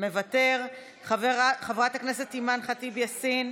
מוותר, חברת הכנסת אימאן ח'טיב יאסין,